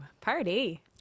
Party